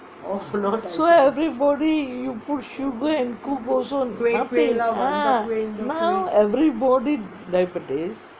so everybody you put sugar and cook also nothing ah now everybody diabetic